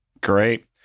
Great